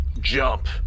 jump